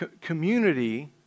Community